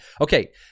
okay